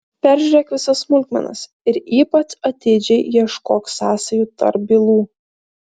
peržiūrėk visas smulkmenas ir ypač atidžiai ieškok sąsajų tarp bylų